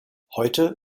heute